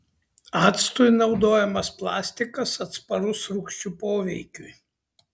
actui naudojamas plastikas atsparus rūgščių poveikiui